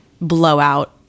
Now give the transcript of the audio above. blowout